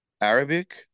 Arabic